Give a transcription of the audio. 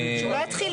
הוא לא יתחיל